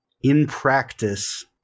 in-practice